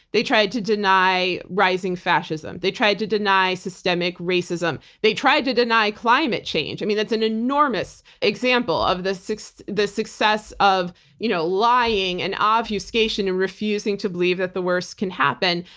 they tried to deny rising fascism. they tried to deny systemic racism. they tried to deny climate change. i mean, that's an enormous example of the success the success of you know lying and obfuscation and refusing to believe that the worst can happen.